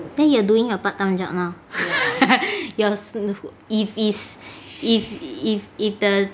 then you are doing a part time job now yours if is if if if the